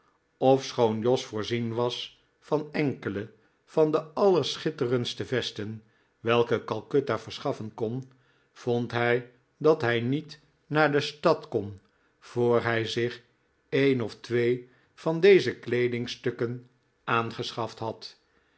ofschoon jos voorzien was van enkele van de allerschitterendste vesten welke calcutta verschaffen kon vond hij dat hij niet naar de stad kon voor hij zich een of twee van deze kleedingstukken aangeschaft had